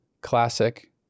classic